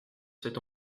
cette